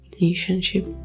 relationship